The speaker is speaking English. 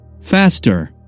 Faster